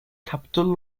capital